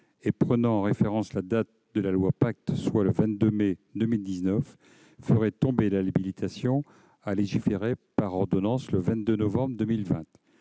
et prenant en référence la date d'entrée en vigueur de la loi Pacte, soit le 22 mai 2019, ferait tomber l'habilitation à légiférer par ordonnance le 22 novembre 2020,